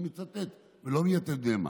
אני מצטט, ולא מיתד נאמן.